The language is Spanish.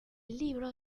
libro